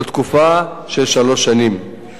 לתקופה של שלוש שנים,